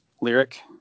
lyric